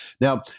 Now